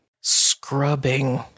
scrubbing